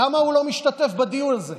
למה הוא לא משתתף בדיון הזה?